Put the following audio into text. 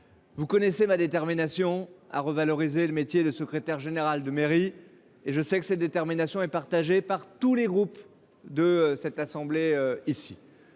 vous connaissez ma détermination à revaloriser le métier de secrétaire général de mairie ; elle est d’ailleurs partagée par tous les groupes de cette assemblée.